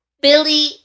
Billy